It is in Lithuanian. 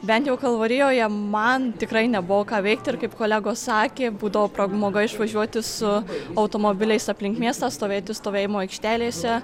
bent jau kalvarijoje man tikrai nebuvo ką veikti ir kaip kolegos sakė būdavo pramoga išvažiuoti su automobiliais aplink miestą stovėti stovėjimo aikštelėse